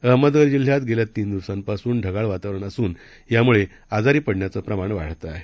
अहमदनगरजिल्ह्यातगेल्यातीनदिवसांपासूनढगाळवातावरणअसूनयामुळेआजारीपडण्याचंप्रमाणवाढतआहे